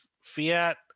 Fiat